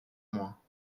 moins